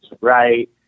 right